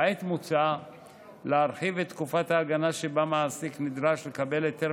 כעת מוצע להרחיב את תקופת ההגנה שבה מעסיק נדרש לקבל היתר